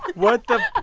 what the.